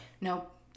Nope